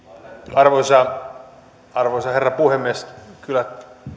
arvoisa arvoisa herra puhemies kyllä